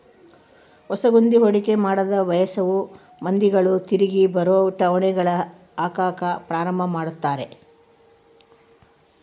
ಹೊಸದ್ಗಿ ಹೂಡಿಕೆ ಮಾಡಕ ಬಯಸೊ ಮಂದಿಗಳು ತಿರಿಗಿ ಬರೊ ಠೇವಣಿಗಳಗ ಹಾಕಕ ಪ್ರಾರಂಭ ಮಾಡ್ತರ